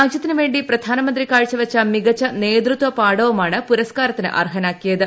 രാജ്യത്തിന് വേണ്ടി പ്രധാനമന്ത്രി കാഴ്ചവച്ച മികച്ച നേതൃത്വപാടവമാണ് പുരസ്കാരത്തിന് അർഹനാക്കിയത്